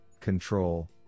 control